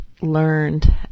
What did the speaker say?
learned